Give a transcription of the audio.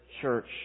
church